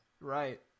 Right